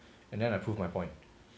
and then I prove my point